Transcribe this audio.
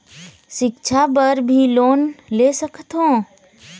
सिक्छा बर भी लोन ले सकथों?